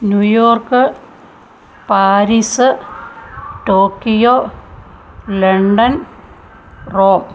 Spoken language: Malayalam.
New York Paris Tokyo London Rome